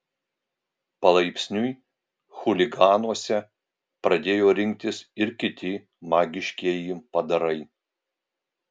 palaipsniui chuliganuose pradėjo rinktis ir kiti magiškieji padarai